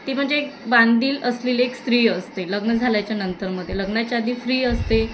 ती म्हणजे एक बांधील असलेली एक स्त्री असते लग्न झाल्याच्या नंतरमध्ये लग्नाच्या आधी फ्री असते